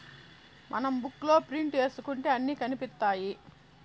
మనం బుక్ లో ప్రింట్ ఏసుకుంటే అన్ని కనిపిత్తాయి